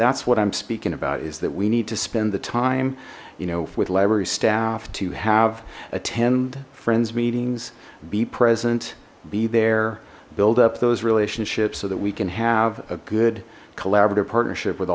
that's what i'm speaking about is that we need to spend the time you know with library staff to have attend friends meetings be present be there build up those relationships so that we can have a good collaborative partnership with